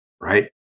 right